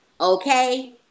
Okay